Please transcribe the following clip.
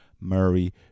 Murray